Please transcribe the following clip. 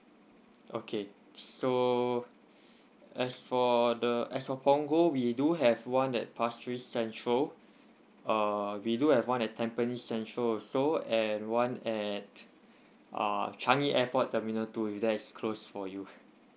okay so as for the as for punggol we do have one at pasir ris central uh we do have one at tampines central also and one at uh changi airport terminal two if that is close for you